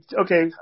okay